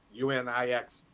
UNIX